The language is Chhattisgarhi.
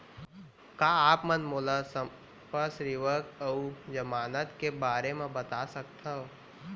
का आप मन मोला संपार्श्र्विक अऊ जमानत के बारे म बता सकथव?